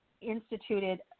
instituted